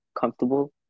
comfortable